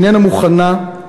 איננה מוכנה.